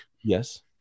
Yes